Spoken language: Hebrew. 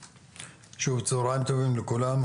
צהריים טובים לכולם,